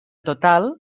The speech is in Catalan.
total